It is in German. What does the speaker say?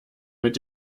mit